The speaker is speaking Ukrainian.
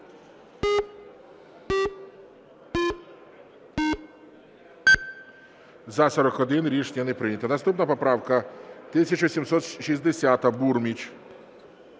За-41 Рішення не прийнято. Наступна поправка 1760, Бурміч.